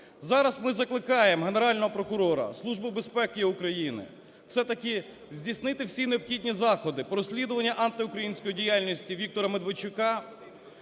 Зараз ми закликаємо Генерального прокурора, Службу безпеки України все-таки здійснити всі необхідні заходи по розслідуванню антиукраїнської діяльності Віктора Медведчука.